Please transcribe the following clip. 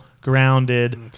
grounded